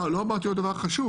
לא אמרתי עוד דבר חשוב: